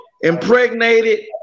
impregnated